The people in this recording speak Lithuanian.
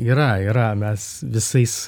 yra yra mes visais